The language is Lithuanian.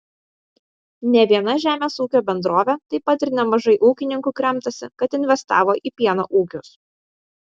ne viena žemės ūkio bendrovė taip pat ir nemažai ūkininkų kremtasi kad investavo į pieno ūkius